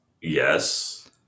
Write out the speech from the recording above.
Yes